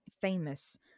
famous